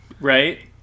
Right